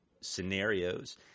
scenarios